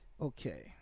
Okay